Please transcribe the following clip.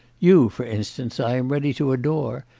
you, for instance, i am ready to adore,